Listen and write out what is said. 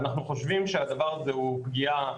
ואנחנו חושבים שהדבר הזה הוא פגיעה,